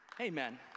Amen